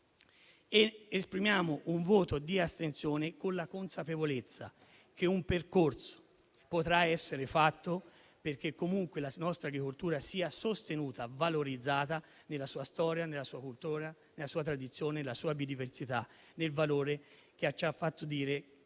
esprimo quindi un voto di astensione, con la consapevolezza che un percorso potrà essere fatto, perché comunque la nostra agricoltura sia sostenuta, valorizzata nella sua storia, nella sua cultura, nella sua tradizione, nella sua biodiversità e nel valore che ci ha fatto dire di essere orgogliosi